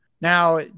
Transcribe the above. Now